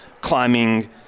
climbing